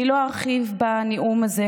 אני לא ארחיב בנאום הזה,